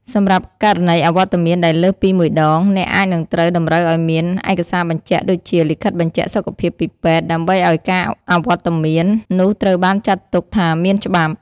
សម្រាប់ករណីអវត្តមានដែលលើសពី ១ ដង អ្នកអាចនឹងត្រូវតម្រូវឱ្យមាន ឯកសារបញ្ជាក់ ដូចជា លិខិតបញ្ជាក់សុខភាពពីពេទ្យ ដើម្បីឱ្យការអវត្តមាននោះត្រូវបានចាត់ទុកថាមានច្បាប់។